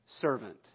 servant